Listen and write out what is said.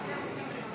כעת נצביע על